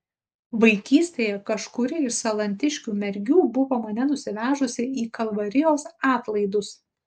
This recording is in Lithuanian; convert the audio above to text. vaikystėje kažkuri iš salantiškių mergių buvo mane nusivežusi į kalvarijos atlaidus